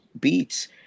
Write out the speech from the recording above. beats